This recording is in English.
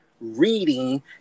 reading